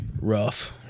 rough